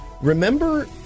Remember